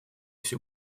всё